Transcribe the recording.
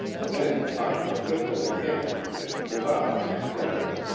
then cocked the pistol again and it went off accidentally,